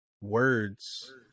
words